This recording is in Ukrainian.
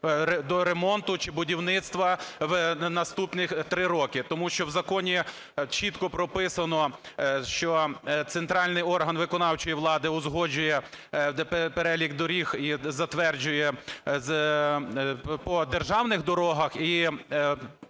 до ремонту чи будівництва в наступних 3 роки. Тому в законі чітко прописано, що центральний орган виконавчої влади узгоджує перелік доріг і затверджує по державних дорогах